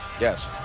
Yes